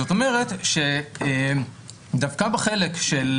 זאת אומרת שדווקא בחלק של